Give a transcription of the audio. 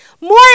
more